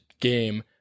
game